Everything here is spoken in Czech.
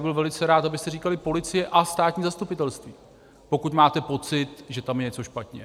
Byl bych velice rád, abyste říkali policie a státní zastupitelství, pokud máte pocit, že tam je něco špatně.